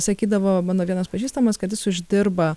sakydavo mano vienas pažįstamas kad jis uždirba